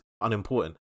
unimportant